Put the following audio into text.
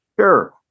Sure